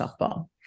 softball